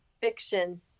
fiction